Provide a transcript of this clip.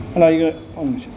ಅಲ್ಲ ಈಗ ಒಂದ್ನಿಮ್ಷ